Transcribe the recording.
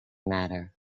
matter